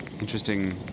interesting